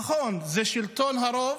נכון, זה שלטון הרוב,